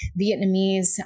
Vietnamese